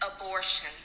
abortion